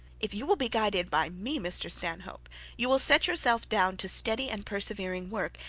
if you will be guided by me, mr stanhope, you will set yourself down to steady and persevering work,